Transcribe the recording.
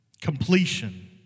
Completion